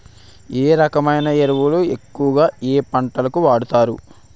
ఏ రకమైన ఎరువులు ఎక్కువుగా ఏ పంటలకు వాడతారు?